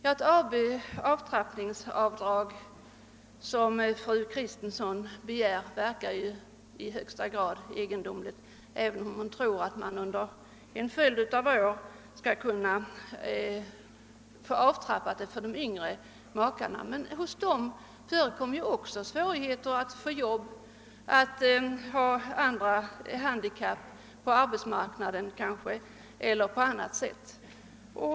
Det avtrappningsavdrag som fru Kristensson begär verkar i högsta grad egendomligt. Hon tror att man under en följd av år skall kunna genomföra en avtrappning för yngre makar, men också de kan ha svårigheter att få arbete, också de kan ha handikapp på arbetsmarknaden eller i annat avsende.